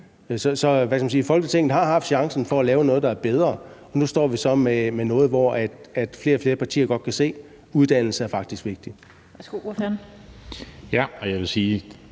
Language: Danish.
Folketinget har haft chancen for at lave noget, der er bedre, og nu står vi så med noget, hvor flere og flere partier godt kan se, at uddannelse faktisk er vigtigt.